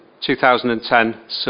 2010